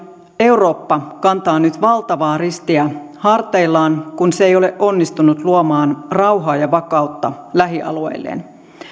eurooppa kantaa nyt valtavaa ristiä harteillaan kun se ei ole onnistunut luomaan rauhaa ja vakautta lähialueilleen